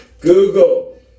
Google